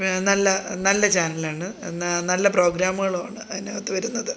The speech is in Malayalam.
നല്ല നല്ല ചാനലാണ് നാ നല്ല പ്രോഗ്രാമുകളും ആണ് അതിനകത്തു വരുന്നത്